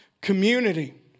community